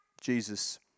Jesus